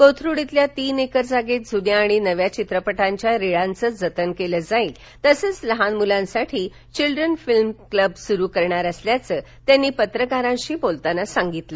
कोथरूड इथल्या तीन एकर जागेत जुन्या आणि नव्या चित्रपटांच्या रिळांचं जतन केलं जाईल तसंच लहान मुलांसाठी चिल्ड्रन फिल्म क्लब सुरु करणार असल्याचं त्यांनी पत्रकारांशी बोलताना सांगितलं